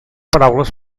paraules